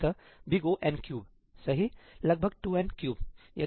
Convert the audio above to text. अतः O सही लगभग 2n3